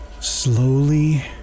Slowly